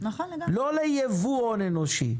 לא לייבוא הון אנושי.